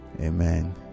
Amen